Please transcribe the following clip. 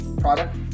product